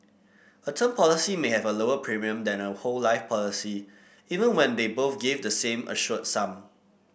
a term policy may have a lower premium than a whole life policy even when they both give the same assured sum